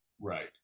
Right